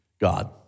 God